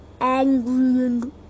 angry